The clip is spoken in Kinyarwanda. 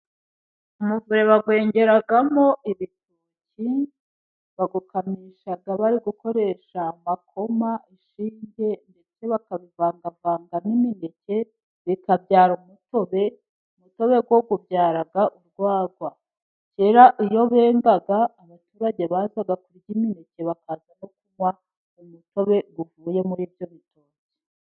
Umuvure bawengeramo ibitoki bawukamisha bari gukoresha amakoma, ishinge ndetse bakabivangavanga n'imineke bikabyara umutobe. Umutobe wo ubyara urwagwa. Kera iyo bengaga, abaturage bazaga kurya imineke, bakaza no kunywa umutobe uvuye muri ibyo bitoki.